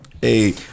Hey